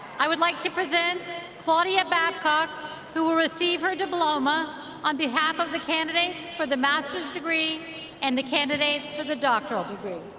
i would like to present claudia babcock who will receive her diploma on behalf of the candidates for the master's degree and the candidates for the doctoral degree.